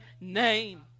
name